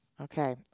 Okay